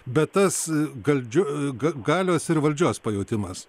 bet tas galdžiu galios ir valdžios pajautimas